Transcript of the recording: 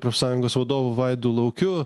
profsąjungos vadovu vaidu laukiu